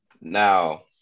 Now